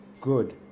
good